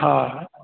हा